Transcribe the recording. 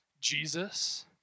Jesus